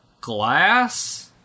Glass